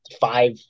five